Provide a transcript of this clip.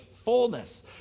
fullness